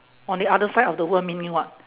on the other side of the world meaning what